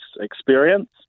experience